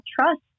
trust